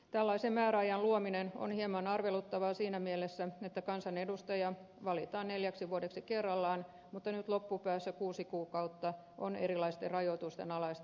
tällaisen määräajan luominen on hieman arveluttavaa siinä mielessä että kansanedustaja valitaan neljäksi vuodeksi kerrallaan mutta nyt loppupäässä kuusi kuukautta on erilaisten rajoitusten alaista aikaa